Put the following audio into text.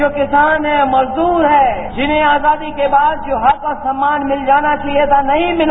जो किसान हैं मजदूर हैं जिन्हें आजादी के बाद जो हक और सम्मान मिल जाना चाहिए था नहीं मिला